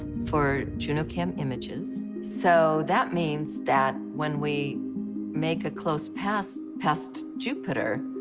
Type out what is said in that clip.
for junocam images. so, that means that when we make a close pass, past jupiter,